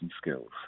skills